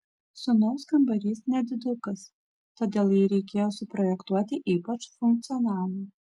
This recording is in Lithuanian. sūnaus kambarys nedidukas todėl jį reikėjo suprojektuoti ypač funkcionalų